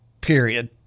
period